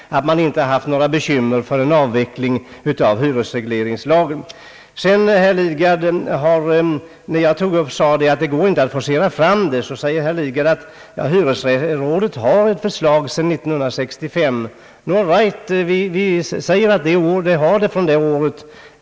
hyreslagstiftningen gern inte haft några bekymmer för en avveckling av hyresregleringslagen. När jag sade att det inte går att forcera avvecklingen av hyresregleringen, så säger herr Lidgard att hyresrådet har ett förslag sedan 1965. AU right, vi säger att det är så.